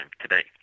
today